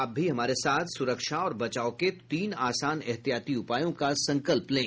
आप भी हमारे साथ सुरक्षा और बचाव के तीन आसान एहतियाती उपायों का संकल्प लें